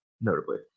notably